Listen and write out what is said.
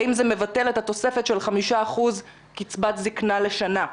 האם זה מבטל את התוספת של 5% קצבת זקנה לשנה?